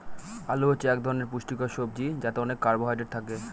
আলু হচ্ছে এক ধরনের পুষ্টিকর সবজি যাতে অনেক কার্বহাইড্রেট থাকে